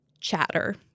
chatter